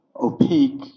opaque